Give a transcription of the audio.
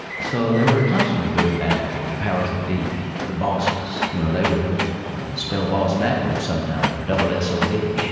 so they were constantly doing battle with the powers that be, the bosses, you know, they would spell boss backwards sometimes double s o b.